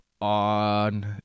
on